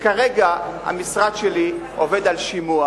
כרגע המשרד שלי עובד על שימוע